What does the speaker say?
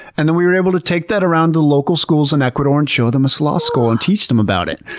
and then we were able to take that around the local schools in ecuador and show them a sloth skull and teach them about it.